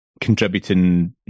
contributing